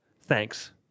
thanks